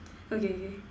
okay K